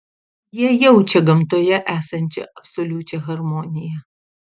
jie jaučia gamtoje esančią absoliučią harmoniją